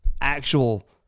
actual